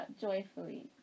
joyfully